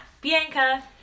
Bianca